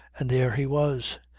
and there he was.